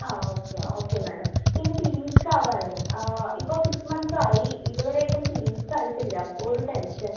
ആ okay okay madam പിന്നെ periods ആവാനെ ആ ഇപ്പോൾ സിക്സ് മന്ത്സ് ആയി ഇതുവരെ ആയിട്ടും പിരീഡ്സ് ആയിട്ടില്ല അപ്പോൾ ഒരു ടെൻഷൻ